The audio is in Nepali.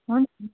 हुन्छ